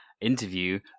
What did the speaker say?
interview